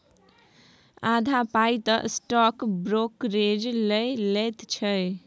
आधा पाय तँ स्टॉक ब्रोकरेजे लए लैत छै